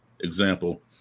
example